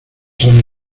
son